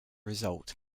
result